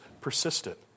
persistent